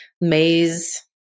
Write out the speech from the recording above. maze